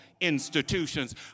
institutions